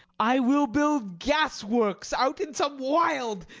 i will build gas-works out in some wild,